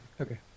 Okay